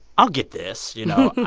i'll get this, you know.